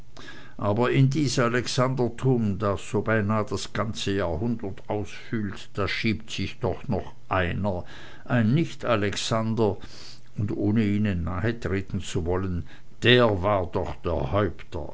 aber in dies alexandertum das so beinah das ganze jahrhundert ausfüllt da schiebt sich doch noch einer ein ein nicht alexander und ohne ihnen zu nahe treten zu wollen der war doch der häupter